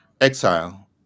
Exile